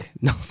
no